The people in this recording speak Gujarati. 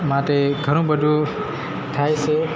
માટે ઘણું બધુ થાય છે